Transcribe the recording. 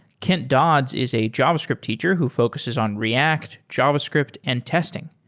kent dodds is a javascript teacher who focuses on react, javascript and testing.